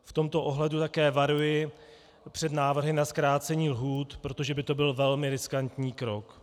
V tomto ohledu také varuji před návrhy na zkrácení lhůt, protože by to byl velmi riskantní krok.